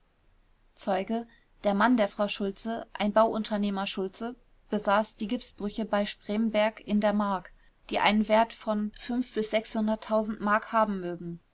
zeuge der mann der frau schultze ein bauunternehmer schultze besaß die gipsbrüche bei spremberg in der mark die einen wert von m haben mögen